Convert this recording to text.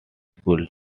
school